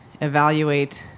evaluate